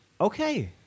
okay